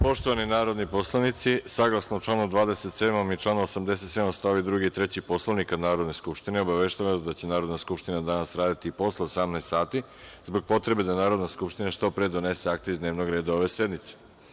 Poštovani narodni poslanici, saglasno članu 27. i članu 87. stavovi 2. i 3. Poslovnika Narodne skupštine, obaveštavam vas da će Narodna skupština danas raditi posle 18,00 časova zbog potrebe da Narodna skupština što pre donese akte iz dnevnog reda ove sednice.